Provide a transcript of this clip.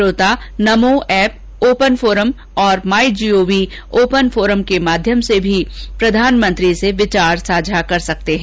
श्रोता Namo app open forum और MyGov open forum के माध्यम से भी प्रधानमंत्री से विचार साझा कर सकते हैं